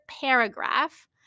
paragraph